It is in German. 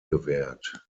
gewährt